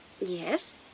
Yes